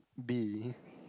be